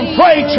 pray